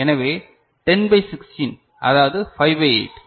எனவே 10 பை 16 அதாவது 5 பை 8